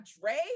Dre